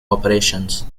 operations